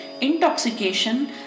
intoxication